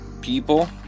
people